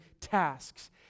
tasks